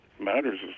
matters